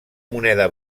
moneda